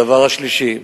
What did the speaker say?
הדבר השלישי,